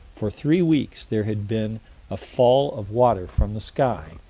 for three weeks there had been a fall of water from the sky,